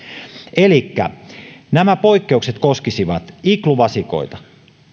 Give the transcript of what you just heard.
elikkä nämä poikkeukset koskisivat igluvasikoita